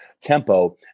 tempo